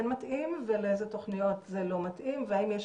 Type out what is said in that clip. מתאים ולאיזה תוכניות זה לא מתאים והאם יש